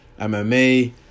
MMA